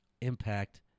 impact